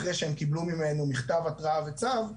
אחרי שהם קיבלו מאתנו מכתב התראה וצו,